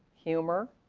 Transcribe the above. humor,